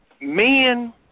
men